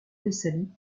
thessalie